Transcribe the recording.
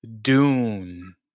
Dune